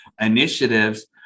initiatives